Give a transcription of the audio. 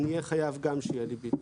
אני אהיה חייב שגם יהיה לי "ביט".